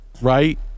right